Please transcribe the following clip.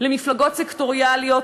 למפלגות סקטוריאליות,